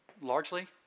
largely